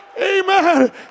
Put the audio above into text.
Amen